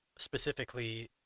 specifically